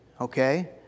okay